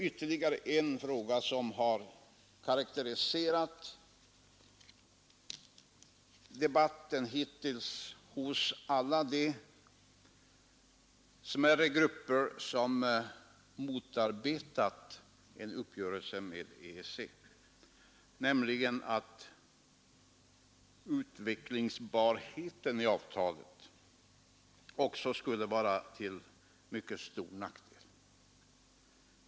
Ytterligare en synpunkt som har karakteriserat debatten hittills hos alla de smärre grupper som motarbetat en uppgörelse med EEC är att utvecklingsbarheten i avtalet också skulle vara till mycket stor nackdel.